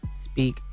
speak